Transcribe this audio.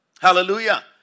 Hallelujah